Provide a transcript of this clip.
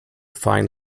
find